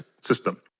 system